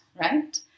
Right